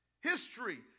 history